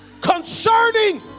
concerning